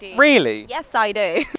really? yes, i do.